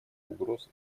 угроз